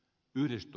positiiviseksi